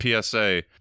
PSA